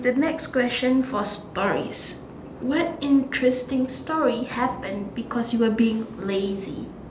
the next question for stories what interesting story happen because you were being lazy